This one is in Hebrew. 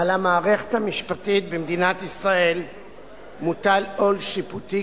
על המערכת המשפטית במדינת ישראל מוטל עול שיפוטי